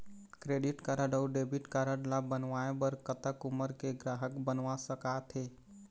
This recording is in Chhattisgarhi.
क्रेडिट कारड अऊ डेबिट कारड ला बनवाए बर कतक उमर के ग्राहक बनवा सका थे?